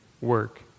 work